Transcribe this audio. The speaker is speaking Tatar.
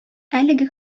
әлеге